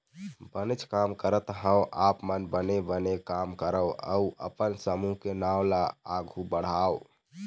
बनेच काम करत हँव आप मन बने बने काम करव अउ अपन समूह के नांव ल आघु बढ़ाव